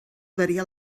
variar